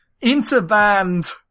inter-band